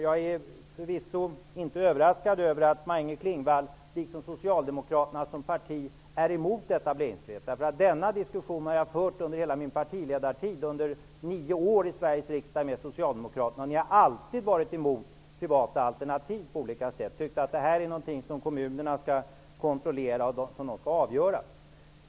Jag är förvisso inte överraskad över att Maj-Inger Klingvall, liksom Socialdemokraterna som parti, är emot etableringsfrihet. Jag har fört denna diskussion med Socialdemokraterna under hela min tid som partiledare, under nio år i Sveriges riksdag. De har alltid på olika sätt varit emot privata alternativ. De har tyckt att frågan om privata alternativ är något som kommunerna skall kontrollera och avgöra.